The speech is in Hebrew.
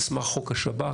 על סמך חוק השב"כ,